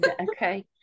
Okay